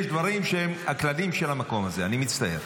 יש דברים שהם הכללים של המקום הזה, אני מצטער.